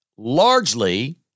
largely